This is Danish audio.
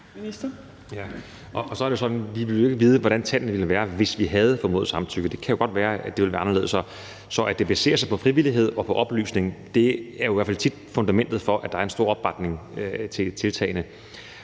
jo ikke ville vide, hvordan tallene ville være, hvis vi havde formodet samtykke. Det kan jo godt være, at det ville være anderledes. Så at det baserer sig på frivillighed og på oplysning, er i hvert fald tit fundamentet for, at der er en stor opbakning til tiltagene.